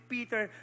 Peter